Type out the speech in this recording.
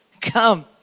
come